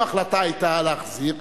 אם ההחלטה היתה להחזיר,